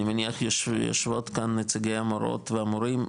אני מניח יושבות כאן נציגי המורות והמורים,